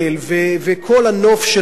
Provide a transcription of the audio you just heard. וכל הנוף של הבית,